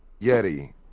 Yeti